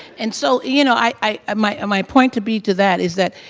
and so, you know, i might my point to be to that is that,